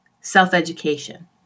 self-education